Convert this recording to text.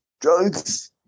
drugs